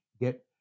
get